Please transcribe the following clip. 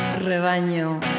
rebaño